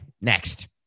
next